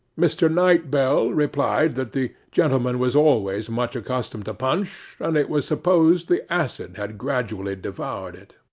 mr. knight bell replied that the gentleman was always much accustomed to punch, and it was supposed the acid had gradually devoured it.